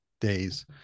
days